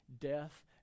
death